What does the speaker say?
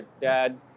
dad